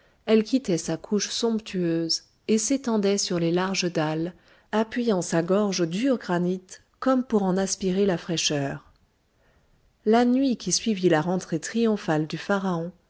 elle quittait sa couche somptueuse et s'étendait sur les larges dalles appuyant sa gorge au dur granit comme pour en aspirer la fraîcheur la nuit qui suivit la rentrée triomphale du pharaon